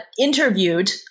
interviewed